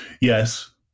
Yes